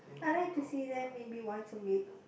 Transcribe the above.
I like to see them maybe once a week